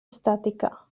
estàtica